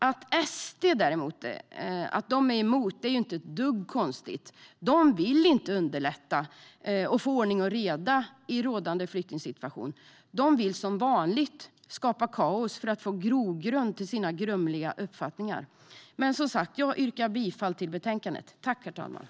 Att SD är emot är inte ett dugg konstigt. De vill inte underlätta och få ordning och reda i rådande flyktingsituation. De vill som vanligt skapa kaos för att få grogrund för sina grumliga uppfattningar. Herr talman! Jag yrkar som sagt bifall till utskottets förslag i betänkandet.